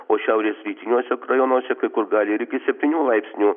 o šiaurės rytiniuose rajonuose kai kur gali ir iki septynių laipsnių